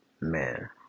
Man